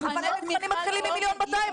לקבוצות --- אבל המבחנים מתחילים מ-1.2 מיליון,